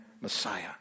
Messiah